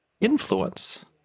influence